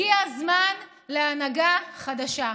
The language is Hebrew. הגיע הזמן להנהגה חדשה.